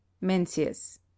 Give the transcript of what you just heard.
Mencius